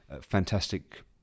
fantastic